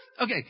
Okay